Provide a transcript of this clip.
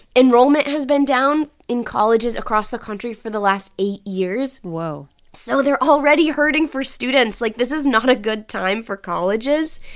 enrollment has been down in colleges across the country for the last eight years whoa so they're already hurting for students. like, this is not a good time for colleges.